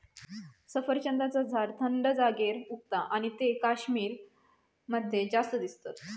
सफरचंदाचा झाड थंड जागेर उगता आणि ते कश्मीर मध्ये जास्त दिसतत